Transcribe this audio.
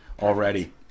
already